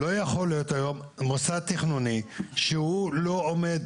לא יכול להיות היום מוסד תכנוני שהוא לא עומד